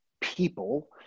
people